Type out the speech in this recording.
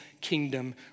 kingdom